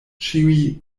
ĉiuj